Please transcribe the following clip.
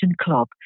club